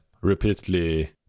repeatedly